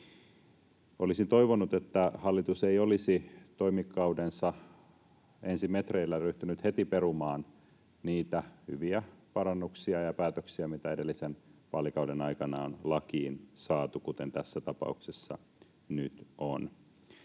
Olisin toivonut, että hallitus ei olisi toimikautensa ensi metreillä ryhtynyt heti perumaan niitä hyviä parannuksia ja päätöksiä, mitä edellisen vaalikauden aikana on lakiin saatu, kuten tässä tapauksessa nyt on.